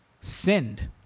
sinned